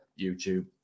YouTube